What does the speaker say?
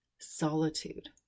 solitude